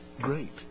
Great